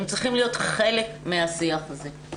הם צריכים להיות חלק מהשיח הזה.